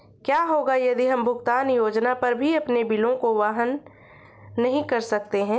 क्या होगा यदि हम भुगतान योजना पर भी अपने बिलों को वहन नहीं कर सकते हैं?